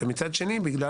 ומצד שני, בגלל